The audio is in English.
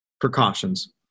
precautions